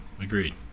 agreed